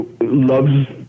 loves